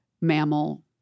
mammal